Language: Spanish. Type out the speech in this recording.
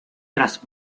tras